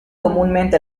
comúnmente